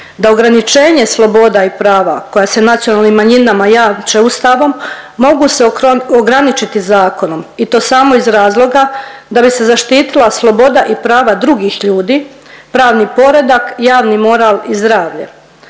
da ograničenje sloboda i prava koja se nacionalnim manjinama jamče Ustavom mogu se ograničiti zakonom i to samo iz razloga da bi se zaštitila sloboda i prava drugih ljudi, pravni poredak, javni moral i zdravlje